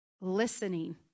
Listening